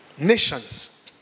Nations